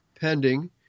pending